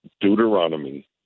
Deuteronomy